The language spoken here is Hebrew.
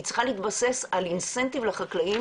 היא צריכה להתבסס על אינסנטיב לחקלאים